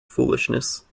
foolishness